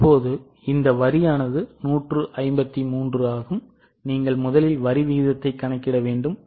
தற்போது இந்த வரியானது 153 ஆகும் நீங்கள் முதலில் வரி விகிதத்தை கணக்கிட வேண்டும்